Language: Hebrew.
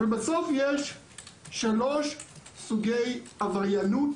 בסוף יש שלושה סוגי עבריינות